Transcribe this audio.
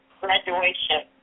graduation